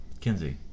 Kinsey